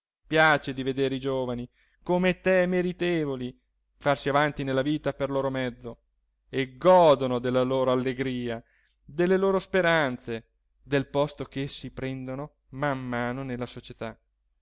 piace di vedere i giovani come te meritevoli farsi avanti nella vita per loro mezzo e godono della loro allegria delle loro speranze del posto ch'essi prendono man mano nella società